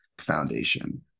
foundation